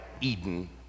Eden